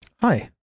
Hi